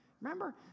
Remember